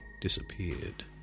disappeared